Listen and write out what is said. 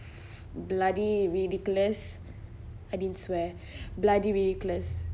bloody ridiculous I didn't swear bloody ridiculous